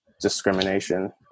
discrimination